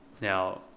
Now